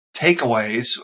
takeaways